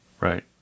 Right